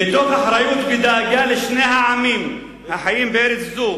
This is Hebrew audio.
"מתוך אחריות ודאגה לשני העמים החיים בארץ זו,